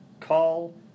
call